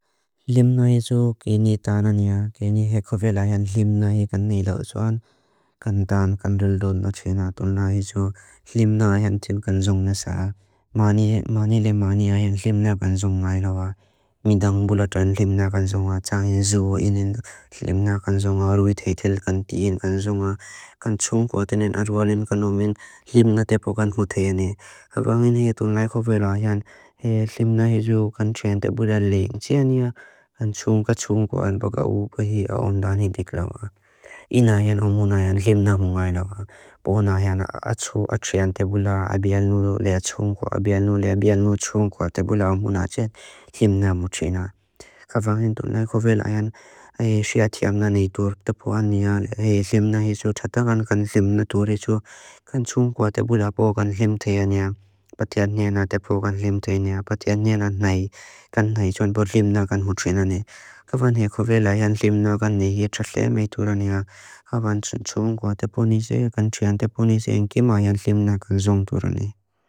Limna hizu k'ini tánaniya, k'ini heko vela hian limna hikani ilá u tsúan, kan tán, kan rildón na txina, tunla hizu limna hian tin kan zung na sá. Máni le máni á hian limna kan zung nga ilá wá. Midáng bula tran limna kan zung wá, tsá yin zú inin limna kan zung wá, ruit hétel kan tíin kan zung wá. Kan zung wá tínin arwá limna kanó men limna tepo kan hóté yáni, k'avá hín hé tunla hiko vela hian limna hizu kan txéan tebula léin txéaniya, kan txún ka txún wá albaga u k'uhí á ondáni tík la wá. Ín á hian omún á hian limna mungái la wá. Pón á hian atxú atxéan tebula abial núlea txún wá, abial núlea abial núlea txún wá, tebula omún á txéan limna mú txéna. K'avá hín tunla hiko vela hian hé txéati amnáni itúrk, tepo áni hian hé limna hizu, txátá kan kan limna tóri isú, kan txún wá tebula abógan limn txéaniya, patéa níana tepo kan limn txéaniya, patéa níana nái, kan nái isú anbor limna kan hóté anáni. K'avá hín hé hiko vela hian limna kan hí atxalé meitúrani á, k'avá txún txún wá tepo ní zé, kan txéan tepo ní zé, in k'imá hian limna kan zóng tórani.